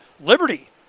liberty